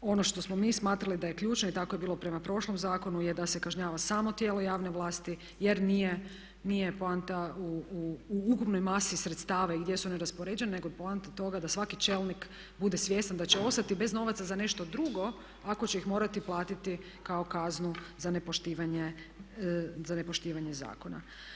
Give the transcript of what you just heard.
ono što smo mi smatrali da je ključno i tako je bilo prema prošlom zakonu je da se kažnjava samo tijelo javne vlasti jer nije poanta u ukupnoj masi sredstava i gdje su one raspoređene nego je poanta toga da svaki čelnik bude svjestan da će ostati bez novaca za nešto drugo ako će ih morati platiti kao kaznu za nepoštivanje zakona.